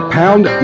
pound